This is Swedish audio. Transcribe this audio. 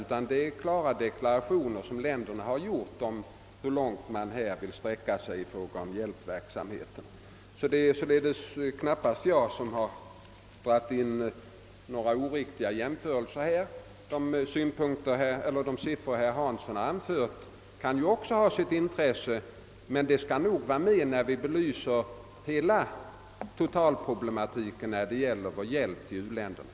Det är fråga om klara deklarationer från de olika länderna beträffande hur långt de vill sträcka sig i fråga om hjälpverksamheten. Det är alltså knappast jag som dragit in några oriktiga jämförelser i detta sammanhang. De siffror herr Hansson anfört kan också ha sitt intresse, men de skall tas upp när man belyser den totala problematiken beträffande vår hjälp till u-länderna.